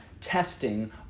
testing